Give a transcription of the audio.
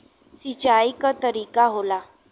सिंचाई क तरीका होला